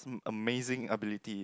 amazing ability